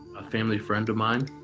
a family friend of mine,